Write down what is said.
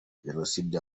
jenoside